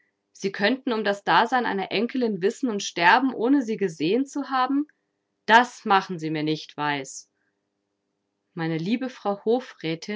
sie könnten um das dasein einer enkelin wissen und sterben ohne sie gesehen zu haben das machen sie mir nicht weis meine liebe frau